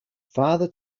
farther